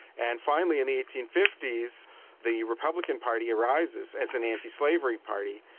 and finally in the eighteen fifty s the republican party arises as an antislavery party,